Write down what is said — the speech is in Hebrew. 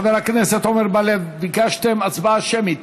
חבר הכנסת עמר בר-לב, ביקשתם הצבעה שמית.